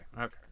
okay